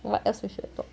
what else we should talk